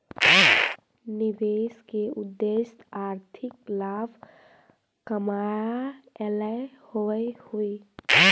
निवेश के उद्देश्य आर्थिक लाभ कमाएला होवऽ हई